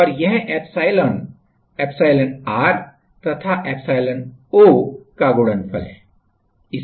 और यह epsilon epsilon r तथा एप्सिलॉन0 का गुणनफल है